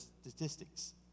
statistics